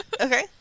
Okay